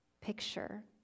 picture